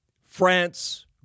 France